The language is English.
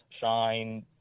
shine